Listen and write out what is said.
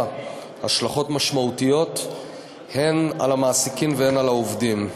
השלכות משמעותיות הן על המעסיקים והן על העובדים.